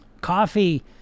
coffee